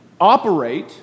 operate